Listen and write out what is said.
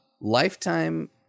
Lifetime